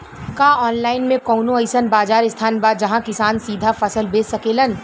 का आनलाइन मे कौनो अइसन बाजार स्थान बा जहाँ किसान सीधा फसल बेच सकेलन?